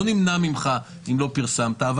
להגיד לו: לא נמנע ממך אם לא פרסמת אבל